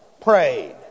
prayed